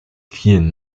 vielen